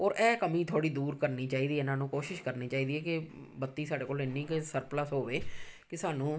ਔਰ ਇਹ ਕਮੀ ਥੋੜ੍ਹੀ ਦੂਰ ਕਰਨੀ ਚਾਹੀਦੀ ਇਹਨਾਂ ਨੂੰ ਕੋਸ਼ਿਸ਼ ਕਰਨੀ ਚਾਹੀਦੀ ਹੈ ਕਿ ਬੱਤੀ ਸਾਡੇ ਕੋਲ ਇੰਨੀ ਕੁ ਸਰਪਲਸ ਹੋਵੇ ਕਿ ਸਾਨੂੰ